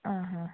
ആ ആ